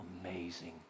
amazing